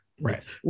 right